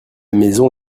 maison